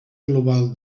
global